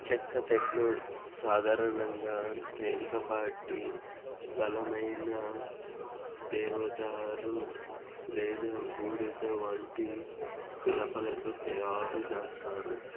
చెక్కతెడ్లు సాధారణంగా తేలికపాటి బలమైన దేవదారు లేదా బూడిద వంటి కలపలతో తయారు చేస్తారు